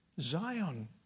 Zion